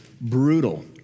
brutal